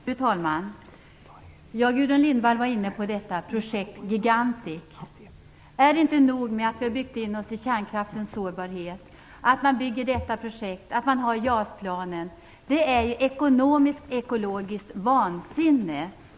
Fru talman! Gudrun Lindvall var inne på detta projekt Gigantic. Är det inte nog med kärnkraftens sårbarhet, och att man har JAS-planet? Det som håller på att ske inför våra ögon är ett ekonomiksktekologiskt vansinne.